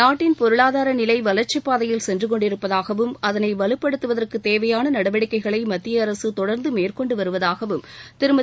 நாட்டின் பொருளாதார நிலை வளர்ச்சிப்பாதையில் சென்று கொண்டிருப்பதாகவும் அதனை வலுப்படுத்துவதற்கு தேவையான நடவடிக்கைகளை மத்திய அரசு தொடர்ந்த மேற்கொண்டு வருவதாகவம் திருமதி